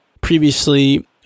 previously